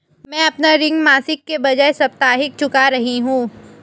मैं अपना ऋण मासिक के बजाय साप्ताहिक चुका रही हूँ